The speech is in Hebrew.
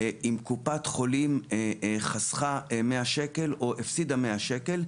אם קופת חולים חסכה או הפסידה 100 שקל.